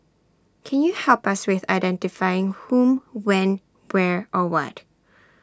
can you help us with identifying who when where or what